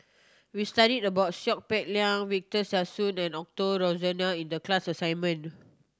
we studied about Seow Peck Leng Victor Sassoon and Osbert Rozario in the class assignment